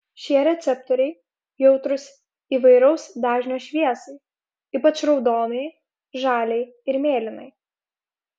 šie receptoriai jautrūs įvairaus dažnio šviesai ypač raudonai žaliai ir mėlynai